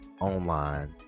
online